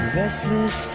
restless